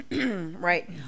Right